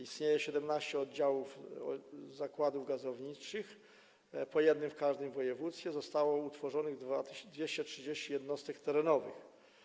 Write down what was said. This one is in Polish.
Istnieje 17 oddziałów zakładów gazowniczych, po jednym w każdym województwie, zostało utworzonych 230 jednostek terenowych.